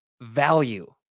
value